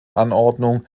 anordnung